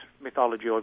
mythology